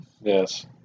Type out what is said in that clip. Yes